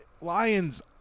Lions